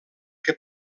que